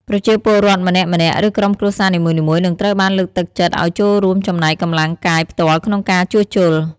ប្រជាពលរដ្ឋម្នាក់ៗ ឬក្រុមគ្រួសារនីមួយៗនឹងត្រូវបានលើកទឹកចិត្តឲ្យចូលរួមចំណែកកម្លាំងកាយផ្ទាល់ក្នុងការជួសជុល។